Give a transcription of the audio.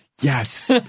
yes